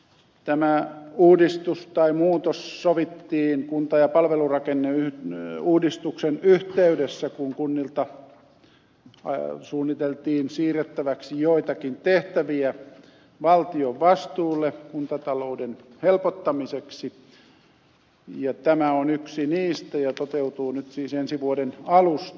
tämä uudistus tai muutos sovittiin kunta ja palvelurakenneuudistuksen yhteydessä kun kunnilta suunniteltiin siirrettäväksi joitakin tehtäviä valtion vastuulle kuntatalouden helpottamiseksi ja tämä on yksi niistä ja toteutuu nyt siis ensi vuoden alusta